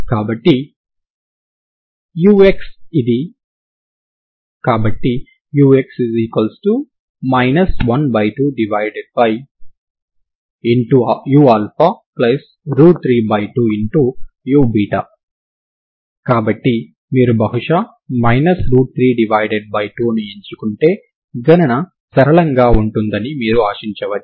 కాబట్టి ux ఇది కాబట్టి ux 12u32u కాబట్టి మీరు బహుశా 32ని ఎంచుకుంటే గణన సరళంగా ఉంటుందని మీరు ఆశించవచ్చు